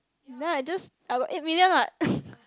then I'd just I got eight million what